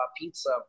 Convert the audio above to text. pizza